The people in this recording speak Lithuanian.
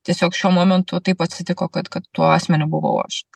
tiesiog šiuo momentu taip atsitiko kad kad tuo asmeniu buvau aš